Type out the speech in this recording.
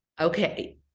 Okay